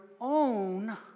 own